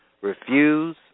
refuse